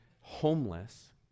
homeless